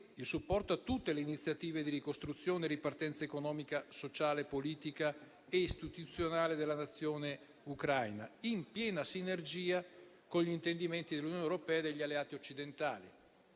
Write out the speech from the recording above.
il supporto a tutte le iniziative di ricostruzione e ripartenza economica, sociale, politica e istituzionale della Nazione ucraina, in piena sinergia con gli intendimenti dell'Unione europea e degli alleati occidentali.